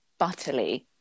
butterly